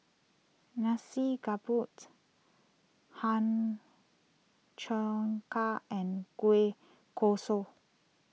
Nasi car boots ham Cheong Gai and Kueh Kosui